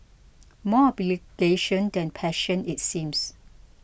more obligation than passion it seems